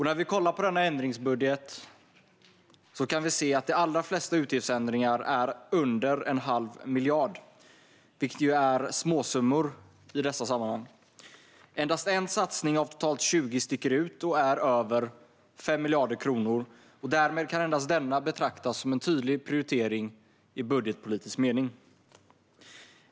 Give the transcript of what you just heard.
När vi kollar på denna ändringsbudget kan vi se att de allra flesta utgiftsändringar är under en halv miljard, vilket ju är småsummor i detta sammanhang. Endast en satsning av totalt 20 sticker ut och är över 5 miljarder kronor. Därmed kan endast denna betraktas som en tydlig prioritering i budgetpolitisk mening.